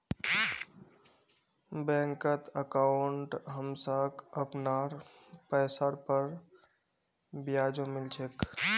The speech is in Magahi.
बैंकत अंकाउट हमसाक अपनार पैसार पर ब्याजो मिल छेक